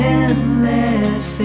endless